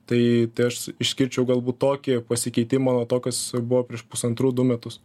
tai aš išskirčiau galbūt tokį pasikeitimą nuo to kas buvo prieš pusantrų du metus